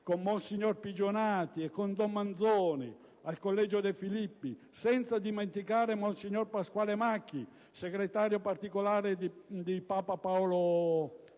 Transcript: con monsignor Pigionatti e don Manzoni al collegio De Filippi, senza dimenticare monsignor Pasquale Macchi, segretario particolare di Papa Paolo VI.